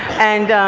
and